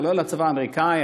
כולל הצבא האמריקני,